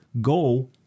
Go